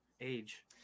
age